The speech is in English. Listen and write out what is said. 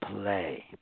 play